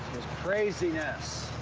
craziness.